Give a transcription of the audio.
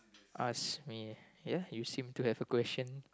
ask me ya you seem to have a question